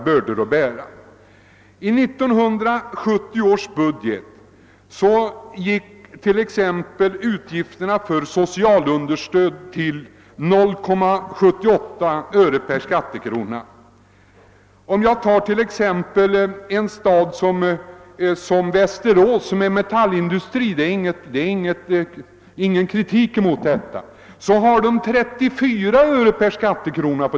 I 1970 års budget för staden uppgick t.ex. utgifterna för socialunderstöd till 78 öre per skattekrona. I en stad såsom Västerås, som har metallindustri — det är ingen kritik — utgjorde dessa utgifter 34 öre per skattekrona.